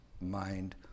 mind